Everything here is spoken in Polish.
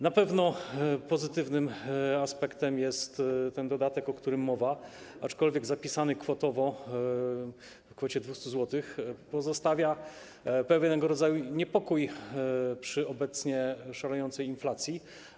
Na pewno pozytywnym aspektem jest ten dodatek, o którym mowa, aczkolwiek zapisany kwotowo, 200 zł, pozostawia pewnego rodzaju niepokój przy obecnie szalejącej inflacji.